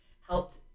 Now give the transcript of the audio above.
helped